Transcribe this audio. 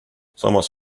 samas